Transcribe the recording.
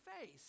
face